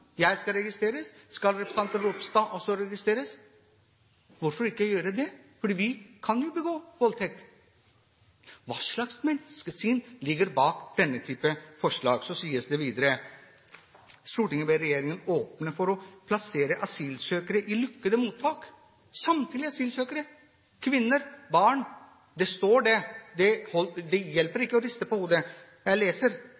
Skal jeg registreres? Skal representanten Ropstad også registreres? Hvorfor ikke gjøre det, for vi kan jo begå voldtekt? Hva slags menneskesyn ligger bak denne type forslag? Så foreslås det videre: «Stortinget ber regjeringen åpne for å plassere asylsøkere i lukkede mottak.» Samtlige asylsøkere – kvinner, barn! Det står det, og det hjelper ikke å riste på hodet. Jeg leser